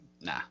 nah